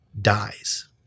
dies